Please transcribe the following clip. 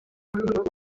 ati